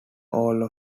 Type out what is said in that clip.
all